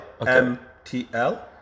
MTL